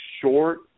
short